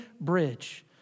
bridge